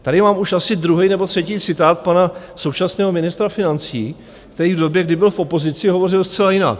Tady mám už asi druhý nebo třetí citát pana současného ministra financí, který v době, kdy byl v opozici, hovořil zcela jinak.